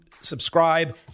subscribe